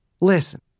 Listen